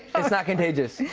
it's not contagious. yeah